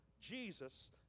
Jesus